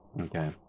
Okay